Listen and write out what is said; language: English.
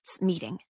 Meeting